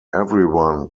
everyone